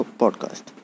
podcast